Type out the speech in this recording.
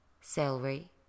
celery